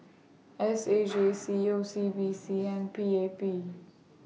S A J C O C B C and P A P